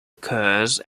occurs